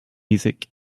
music